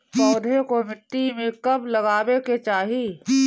पौधे को मिट्टी में कब लगावे के चाही?